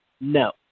No